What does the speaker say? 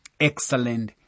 Excellent